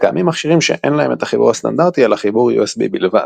וקיימים מכשירים שאין להם את החיבור הסטנדרטי אלא חיבור USB בלבד.